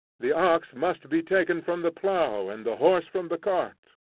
the ox must be taken from the plough and the horse from the cart,